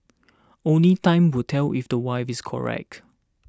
only time will tell if the wife is correct